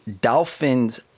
Dolphins